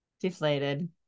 Deflated